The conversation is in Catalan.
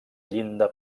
llinda